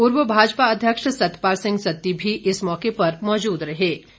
पूर्व भाजपा अध्यक्ष सतपाल सिंह सत्ती भी इस मौके पर मौजूद थे